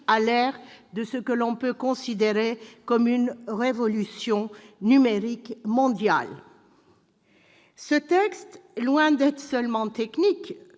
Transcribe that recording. à l'ère de ce que l'on peut considérer comme une révolution numérique mondiale. Ce texte, loin d'être seulement technique,